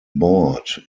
board